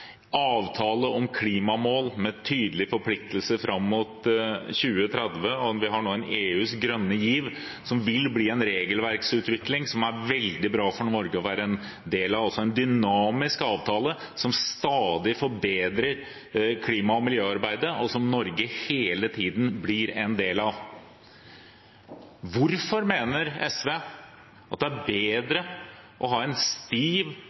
nå EUs grønne giv som vil føre til en regelverksutvikling, som det er veldig bra for Norge å være en del av – altså en dynamisk avtale som stadig forbedrer klima- og miljøarbeidet, og som Norge hele tiden blir en del av. Hvorfor mener SV at det er bedre å ha en stiv